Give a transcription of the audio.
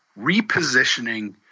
repositioning